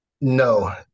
No